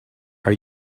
are